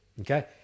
Okay